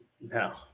No